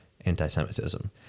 anti-Semitism